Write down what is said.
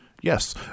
Yes